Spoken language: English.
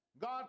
God